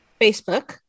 Facebook